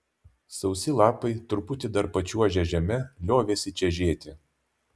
sausi lapai truputį dar pačiuožę žeme liovėsi čežėti